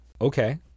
Okay